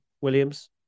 Williams